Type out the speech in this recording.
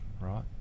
right